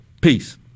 Peace